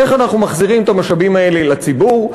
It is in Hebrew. איך אנחנו מחזירים את המשאבים האלה לציבור?